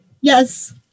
yes